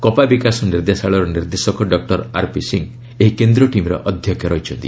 କପା ବିକାଶ ନିର୍ଦ୍ଦେଶାଳୟର ନିର୍ଦ୍ଦେଶକ ଡକୁର ଆର୍ପି ସିଂ ଏହି କେନ୍ଦ୍ରୀୟ ଟିମ୍ର ଅଧ୍ୟକ୍ଷ ଅଛନ୍ତି